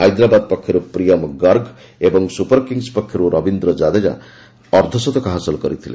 ହାଇଦ୍ରାବାଦ ପକ୍ଷରୁ ପ୍ରିୟମ ଗର୍ଗ ଏବଂ ସୁପରକିଙ୍ଗ୍ସ ପକ୍ଷରୁ ରବୀନ୍ଦ୍ର ଜାଡେଜା ଅର୍ଦ୍ଧଶତକ ହାସଲ କରିଥିଲେ